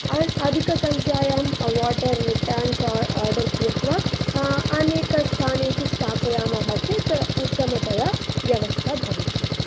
अधिकसङ्खायां water tanks order कृत्वा अनेकस्थानेषु स्थापयामः चेत् उत्तमतया व्यवस्था भविष्यति